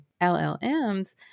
LLMs